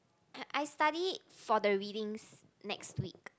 I I study for the readings next week